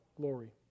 glory